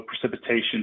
precipitation